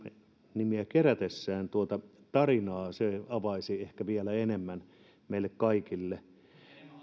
nimiä kerätessään tuota tarinaa se avaisi ehkä vielä enemmän meille kaikille